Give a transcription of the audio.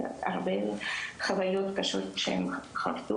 הרבה חוויות קשות שהילדים חוו,